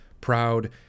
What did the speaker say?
proud